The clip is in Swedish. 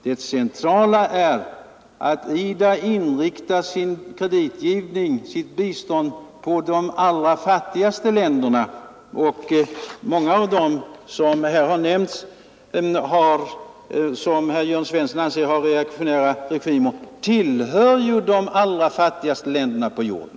Det centrala är att IDA inriktar sin kreditgivning och sitt bistånd på de allra fattigaste länderna. Många av de länder som här har nämnts och som herr Svensson i Malmö anser har reaktionära regimer tillhör ju de allra fattigaste länderna på jorden.